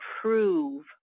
prove